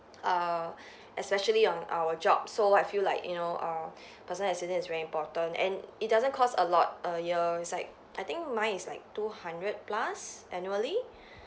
err especially on our job so I feel like you know err personal accident is very important and it doesn't cost a lot err ya is like I think mine is like two hundred plus annually